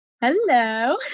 Hello